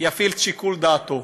יפעיל את שיקול דעתו.